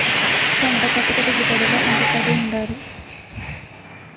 పంట కోతకు దిగుబడి లో ఎంత తడి వుండాలి?